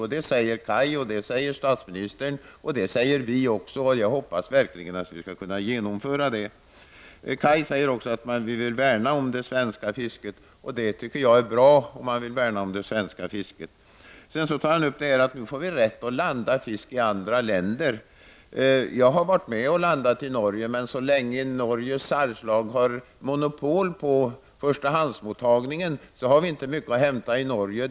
Kaj Larsson säger det, statsministern säger det och även vi moderater. Jag hoppas verkligen att vi skall kunna genomföra detta. Kaj Lars son säger att socialdemokraterna vill värna om det svenska fisket. Jag tycker att det är bra. Vidare tar Kaj Larsson upp frågan om att Sverige får rätt att landa fisk i andra länder. Jag har varit med om att landa fisk i Norge. Men så länge Norges salgslag har monopol på förstahandsmottagningen har Sverige inte mycket att hämta i Norge.